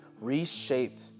reshaped